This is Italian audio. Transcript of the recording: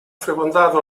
frequentato